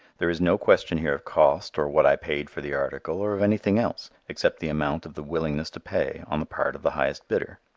there is no question here of cost or what i paid for the article or of anything else except the amount of the willingness to pay on the part of the highest bidder.